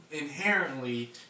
inherently